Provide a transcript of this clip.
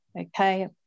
okay